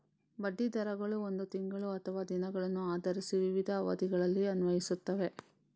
ಬಡ್ಡಿ ದರಗಳು ಒಂದು ತಿಂಗಳು ಅಥವಾ ದಿನಗಳನ್ನು ಆಧರಿಸಿ ವಿವಿಧ ಅವಧಿಗಳಲ್ಲಿ ಅನ್ವಯಿಸುತ್ತವೆ